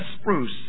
spruce